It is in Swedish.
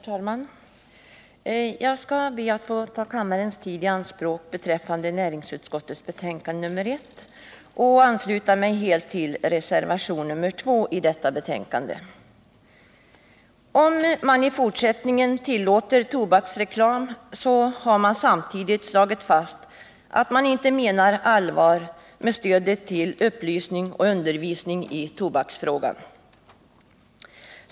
Herr talman! Jag skall be att få ta kammarens tid i anspråk beträffande näringsutskottets betänkande nr 1 och att helt få ansluta mig till reservationen nr 2 vid detta betänkande. Om man i fortsättningen tillåter tobaksreklam, har man samtidigt slagit fast att man inte menar allvar med stödet till upplysning och undervisning i tobaksfrågan.